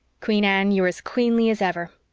queen anne, you're as queenly as ever.